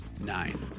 Nine